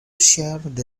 same